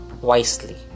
wisely